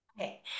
Okay